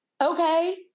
okay